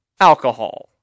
alcohol